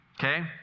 Okay